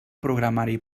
programari